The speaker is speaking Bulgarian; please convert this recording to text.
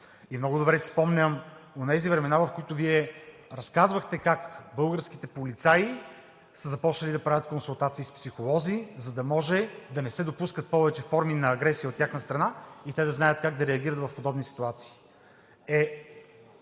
и много добре си спомням онези времена, в които Вие разказвахте как българските полицаи са започнали да правят консултации с психолози, за да може да не се допускат повече форми на агресия от тяхна страна и те да знаят как да реагират в подобни ситуации.